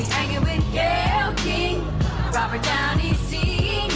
hanging with gayle king robert downey sr.